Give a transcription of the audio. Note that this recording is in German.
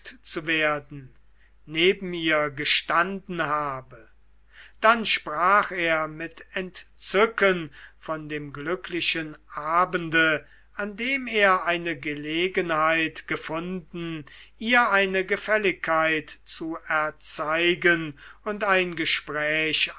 zu werden neben ihr gestanden habe dann sprach er mit entzücken von dem glücklichen abende an dem er eine gelegenheit gefunden ihr eine gefälligkeit zu erzeigen und ein gespräch